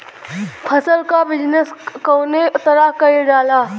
फसल क बिजनेस कउने तरह कईल जाला?